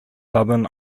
southern